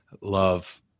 Love